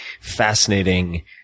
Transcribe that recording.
fascinating